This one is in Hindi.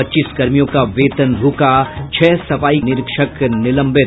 पच्चीस कर्मियों का वेतन रूका छह सफाई निरीक्षक निलंबित